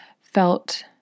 felt